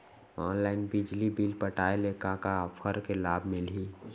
Online बिजली bill पटाय ले का का ऑफ़र के लाभ मिलही?